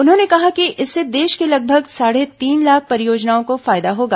उन्होंने कहा कि इससे देश के लगभग साढ़े तीन लाख परियोजनाओं को फायदा होगा